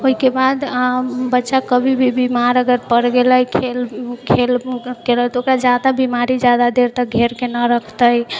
ओहिके बाद बच्चा कभी भी बीमार अगर पड़ि गेलै खेल खेलके लऽ तऽ ओकरा जहाँ तक बीमारी ज्यादा देर तक घेरकऽ नहिऽ रखतै